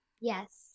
Yes